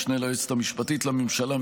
המשנה ליועצת המשפטית לממשלה,